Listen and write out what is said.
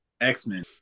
X-Men